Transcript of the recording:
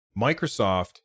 Microsoft